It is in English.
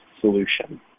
solution